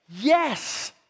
yes